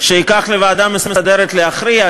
שייקח לוועדה המסדרת להכריע,